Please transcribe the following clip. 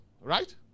right